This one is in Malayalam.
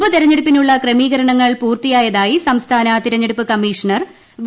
ഉപതിരഞ്ഞെടുപ്പിനുള്ള ക്രമീകരണങ്ങൾ പൂർത്തിയായതായി സംസ്ഥാന തിരഞ്ഞെടുപ്പ് കമ്മീഷണർ വി